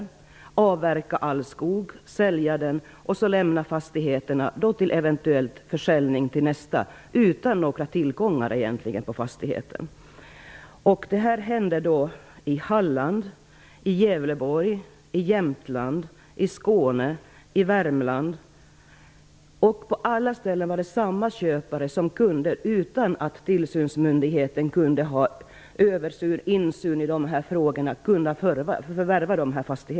Man avverkar all skog, säljer den och lämnar fastigheterna till eventuell försäljning utan några egentliga tillgångar i fastigheten. Detta har hänt i Halland, Gävleborg, Jämtland, Skåne och Värmland. På alla ställen kunde en och samma köpare förvärva fastigheterna utan att tillsynsmyndigheten hade möjlighet till insyn.